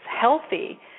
healthy